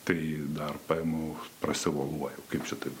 tai dar paimu prasivoluoju kaip čia taip